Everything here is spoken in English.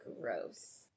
gross